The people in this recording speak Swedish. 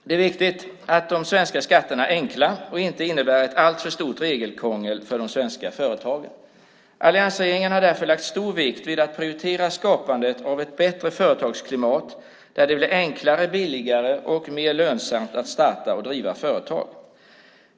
Det är viktigt att de svenska skatterna är enkla och inte innebär ett alltför stort regelkrångel för de svenska företagen. Alliansregeringen har därför lagt stor vikt vid att prioritera skapandet av ett bättre företagsklimat där det blir enklare, billigare och mer lönsamt att starta och driva företag.